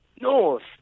north